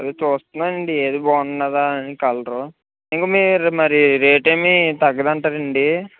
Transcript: చూస్తున్నాను అండి ఏది బాగుంటుంది అని కలర్ ఇంకా మరి రేట్ ఏమి తగ్గదా అండి